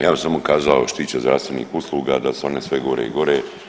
Ja bih samo kazao što se tiče zdravstvenih usluga da su one sve gore i gore.